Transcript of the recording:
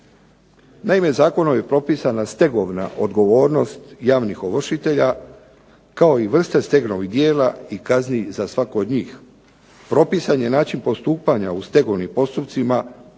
Naime, zakonom je propisana stegovna odgovornost javnih ovršitelja kao i vrste stegovnih djela i kazne za svake od njih. Propisan je način postupanja u stegovnim postupcima, pravni